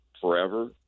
forever